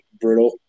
brittle